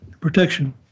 protection